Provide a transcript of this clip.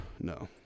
No